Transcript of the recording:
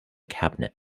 cabinet